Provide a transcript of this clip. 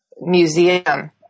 museum